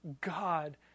God